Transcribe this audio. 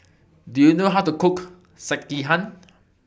Do YOU know How to Cook Sekihan